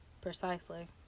Precisely